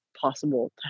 possible